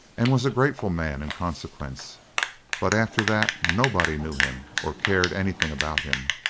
and was a grateful man in consequence but after that nobody knew him or cared anything about him.